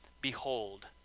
Behold